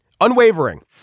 Unwavering